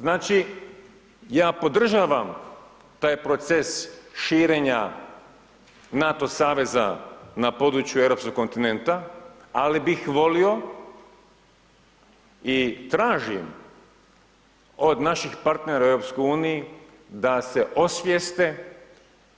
Znači ja podržavam taj proces širenja NATO saveza na području europskog komitenta, ali bih volio i tražim od naših partnera u EU, da se osvijeste